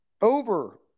over